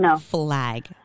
flag